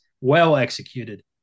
well-executed